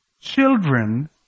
children